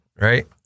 Right